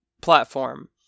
platform